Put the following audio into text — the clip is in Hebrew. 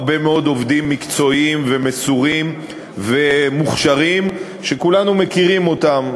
הרבה מאוד עובדים מקצועיים ומסורים ומוכשרים שכולנו מכירים אותם,